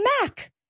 Mac